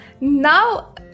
now